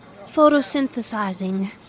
photosynthesizing